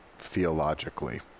Theologically